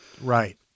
Right